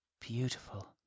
Beautiful